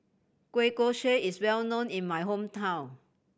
kueh kosui is well known in my hometown